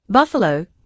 Buffalo